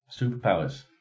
Superpowers